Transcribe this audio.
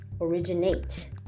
originate